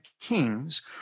kings